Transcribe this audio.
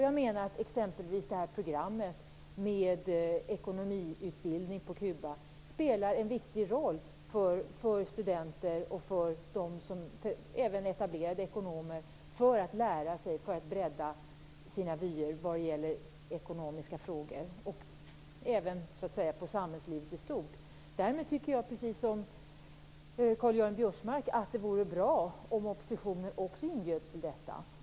Jag menar också att exempelvis det här programmet med ekonomiutbildning på Kuba spelar en viktig roll både för studenter och för etablerade ekonomer - för att lära sig, för att bredda sina vyer vad det gäller ekonomiska frågor - och även för samhällslivet i stort. Däremot tycker jag precis som Karl-Göran Biörsmark att det vore bra om oppositionen också inbjöds till detta.